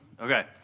Okay